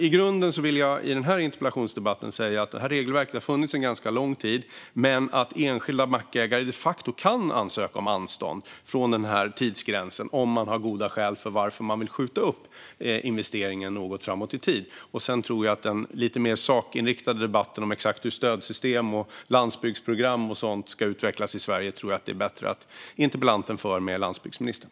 I grunden vill jag i den här interpellationsdebatten säga att det här regelverket har funnits en ganska lång tid men att enskilda mackägare de facto kan ansöka om anstånd från tidsgränsen om man har goda skäl till varför man vill skjuta investeringen något framåt i tid. Sedan tror jag att det är bättre om den lite mer sakinriktade debatten om hur stödsystem, landsbygdsprogram och sådant ska utvecklas i Sverige förs av interpellanten med landsbygdsministern.